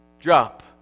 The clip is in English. Drop